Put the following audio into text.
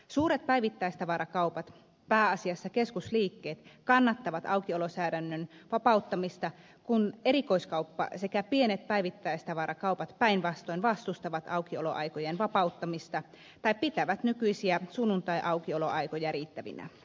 suuret päivittäistavarakaupat pääasiassa keskusliikkeet kannattavat aukiolosäädännön vapauttamista kun erikoiskauppa sekä pienet päivittäistavarakaupat päinvastoin vastustavat aukioloaikojen vapauttamista tai pitävät nykyisiä sunnuntaiaukioloaikoja riittävinä